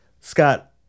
Scott